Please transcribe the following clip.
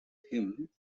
him